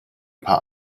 paar